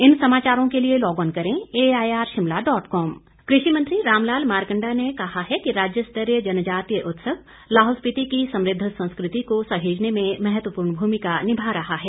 जनजातीय उत्सव कृषि मंत्री रामलाल मारकंडा ने कहा है कि राज्यस्तरीय जनजातीय उत्सव लाहौल स्पीति की समृद्ध संस्कृति को सहजने मे महत्वपूर्ण भ्रमिका निभा रहा है